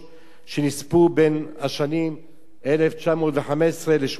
שנספו בין השנים 1915 ו-1918,